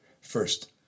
First